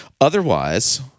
Otherwise